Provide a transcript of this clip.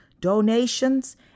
donations